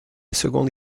seconde